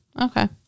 Okay